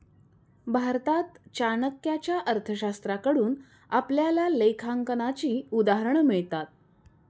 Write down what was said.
भारतात चाणक्याच्या अर्थशास्त्राकडून आपल्याला लेखांकनाची उदाहरणं मिळतात